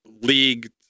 league